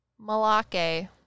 Malake